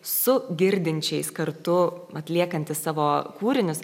su girdinčiais kartu atliekantys savo kūrinius